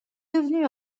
devenue